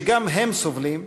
שגם הם סובלים,